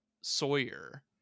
Sawyer